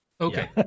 Okay